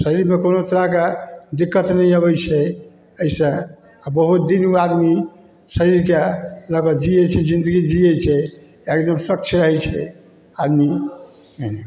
शरीरमे कोनो तरहके दिक्कत नहि आबै छै एहिसँ आओर बहुत दिन ओ आदमी शरीरके लऽ कऽ जिए छै जिन्दगी जिए छै आओर एकदम स्वच्छ रहै छै आदमी हँ